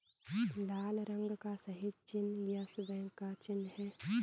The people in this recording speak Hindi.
लाल रंग का सही चिन्ह यस बैंक का चिन्ह है